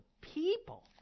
people